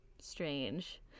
strange